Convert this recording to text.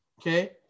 okay